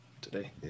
today